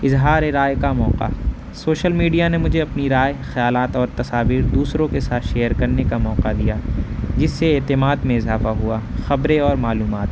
اظہار رائے کا موقع سوشل میڈیا نے مجھے اپنی رائے خیالات اور تصاویر دوسروں کے ساتھ شیئر کرنے کا موقع دیا جس سے اعتماد میں اضافہ ہوا خبریں اور معلومات